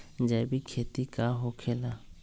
जैविक खेती का होखे ला?